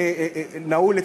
נעול,